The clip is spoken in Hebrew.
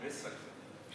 וסקרנות.